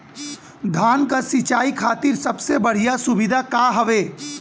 धान क सिंचाई खातिर सबसे बढ़ियां सुविधा का हवे?